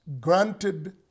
granted